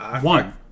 one